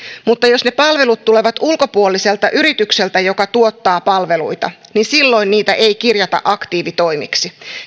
mutta jos ne palvelut tulevat ulkopuoliselta yritykseltä joka tuottaa palveluita niin silloin niitä ei kirjata aktiivitoimiksi